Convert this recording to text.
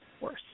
worse